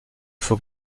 faut